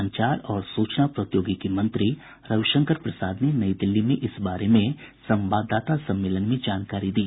संचार और सूचना प्रौदयोगिकी मंत्री रविशंकर प्रसाद ने नई दिल्ली में इस बारे में संवाददाता सम्मेलन में जानकारी दी